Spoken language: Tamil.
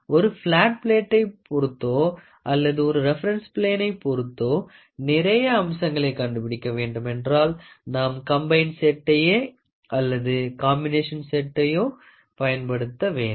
ஒரு பிளாட் பிளேட்டை பொருத்தோ அல்லது ஒரு ரெபெரென்ஸ் ப்ளெனை பொருத்தோ நிறைய அம்சங்களை கண்டுபிடிக்க வேண்டுமென்றால் நாம் கம்பயன்ட் செட்டையோ அல்லது காம்பினேஷன் செட்டையோ பயன்படுத்த வேண்டும்